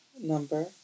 number